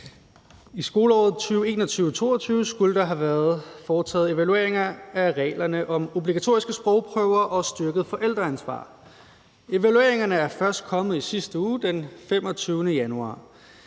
I skoleåret 2021/22 skulle der have været foretaget evalueringer af reglerne om obligatoriske sprogprøver og styrket forældreansvar. Evalueringerne er først kommet i sidste uge, den 25. januar.